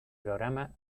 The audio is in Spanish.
programa